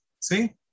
See